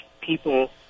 people